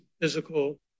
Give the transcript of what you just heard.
physical